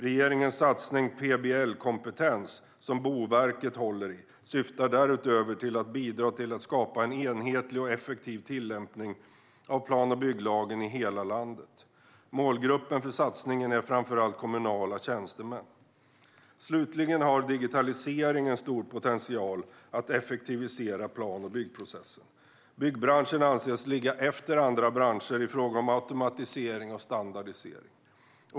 Regeringens satsning PBL-kompetens, som Boverket håller i, syftar därutöver till att bidra till att skapa en enhetlig och effektiv tillämpning av plan och bygglagen i hela landet. Målgruppen för satsningen är framför allt kommunala tjänstemän. Slutligen har digitalisering en stor potential att effektivisera plan och byggprocessen. Byggbranschen anses ligga efter andra branscher i fråga om automatisering och standardisering.